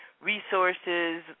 resources